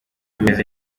ameze